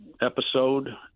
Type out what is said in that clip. episode